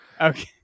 Okay